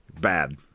bad